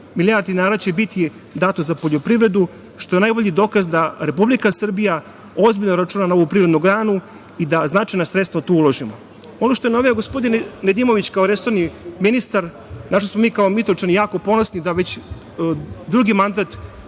milijardi dinara koje će biti dato za poljoprivredu, što je najbolji dokaz da Republika Srbija ozbiljno računa na ovu privrednu granu i da značajna sredstva tu ulažemo. Ono što je naveo gospodin Nedimović kao resorni ministar, na šta smo mi kao Mitrovčani jako ponosni da će već drugi mandat